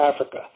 Africa